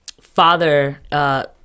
father